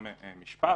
גם משפט.